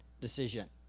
decision